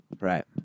Right